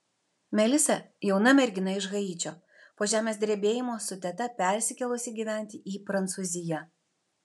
melisa jauna mergina iš haičio po žemės drebėjimo su teta persikėlusi gyventi į prancūziją